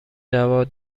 جواب